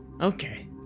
Okay